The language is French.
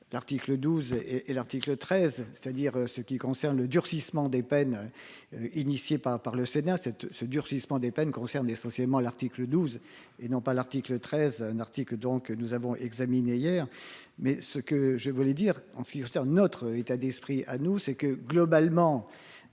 L'article 12 et et l'article 13, c'est-à-dire ce qui concerne le durcissement des peines. Initiée par par le Sénat cette ce durcissement des peines concernent essentiellement l'article 12 et non pas l'article 13, un article donc nous avons examiné hier mais ce que je voulais dire en ce qui concerne notre état d'esprit à nous c'est que globalement.